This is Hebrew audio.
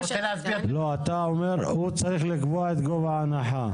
לא, אתה אומר שהוא צריך לקבוע את גובה ההנחה.